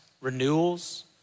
renewals